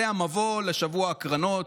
זה המבוא לשבוע הקרנות.